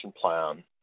plan